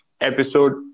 episode